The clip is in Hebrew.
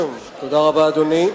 תודה רבה, אדוני.